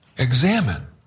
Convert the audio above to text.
Examine